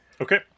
Okay